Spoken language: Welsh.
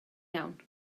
iawn